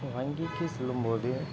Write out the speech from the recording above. வங்கிக்கு செல்லும்போது